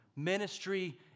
Ministry